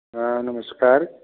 हाँ नमस्कार